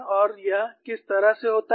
और यह किस तरह से होता है